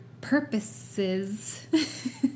purposes